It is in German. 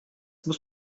muss